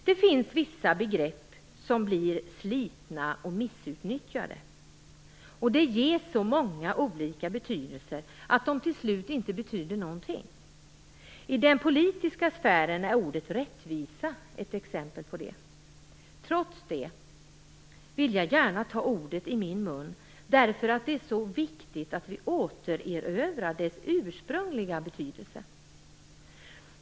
Det finns vissa begrepp som blir så slitna och missutnyttjade och ges så många olika betydelser att de till slut inte betyder någonting. I den politiska sfären är ordet rättvisa ett exempel på detta. Trots det vill jag gärna ta det ordet i min mun, eftersom det är så viktigt att vi återerövrar dess ursprungliga betydelse.